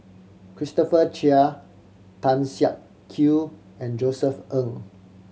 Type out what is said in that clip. Christopher Chia Tan Siak Kew and Josef Ng